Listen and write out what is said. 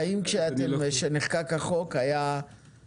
האם כשנחקק החוק הייתה